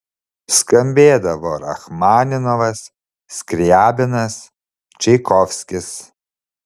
skambėdavo rachmaninovas skriabinas čaikovskis